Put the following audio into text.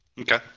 Okay